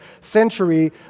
century